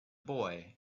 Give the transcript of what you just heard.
boy